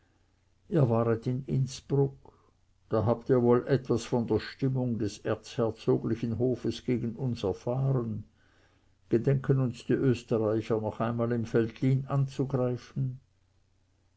ihr waret in innsbruck da habt ihr wohl etwas von der stimmung des erzherzoglichen hofes gegen uns erfahren gedenken uns die österreicher noch einmal im veltlin anzugreifen